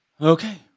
okay